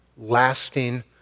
lasting